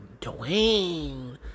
Dwayne